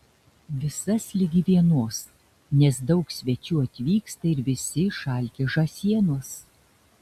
visas ligi vienos nes daug svečių atvyksta ir visi išalkę žąsienos